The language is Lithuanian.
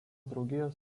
draugijos